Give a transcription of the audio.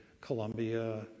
Colombia